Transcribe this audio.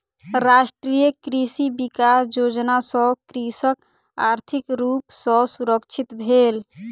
राष्ट्रीय कृषि विकास योजना सॅ कृषक आर्थिक रूप सॅ सुरक्षित भेल